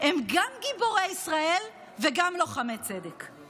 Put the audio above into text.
הם גם גיבורי ישראל וגם לוחמי צדק.